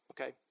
Okay